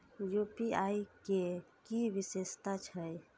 UPI के कि विषेशता छै?